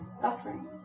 suffering